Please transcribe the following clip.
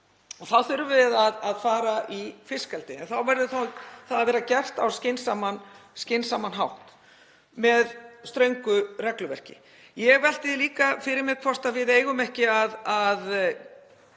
Þá þurfum við að fara í fiskeldi en þá verður það að vera gert á skynsamlegan hátt með ströngu regluverki. Ég velti því líka fyrir mér hvort við eigum ekki að